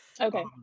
Okay